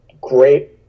great